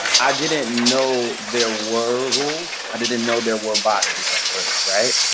i didn't know there were rules. i didn't know there were boxes at first, right.